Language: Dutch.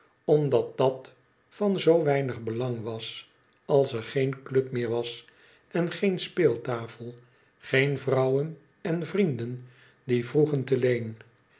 omdat dat van zoo weinig belang was als er geen club meer was en geen speeltafel geen vrouwen en vrienden die vroegen te leen